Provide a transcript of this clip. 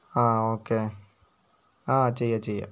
ആ ഓക്കേ ആ ചെയ്യാം ചെയ്യാം